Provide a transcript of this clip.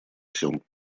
всем